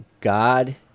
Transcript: God